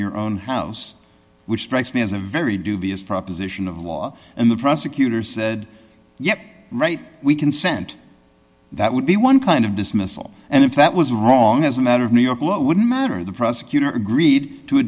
your own house which strikes me as a very dubious proposition of law and the prosecutor said yeah right we consent that would be one kind of dismissal and if that was wrong as a matter of new york law it wouldn't matter the prosecutor agreed to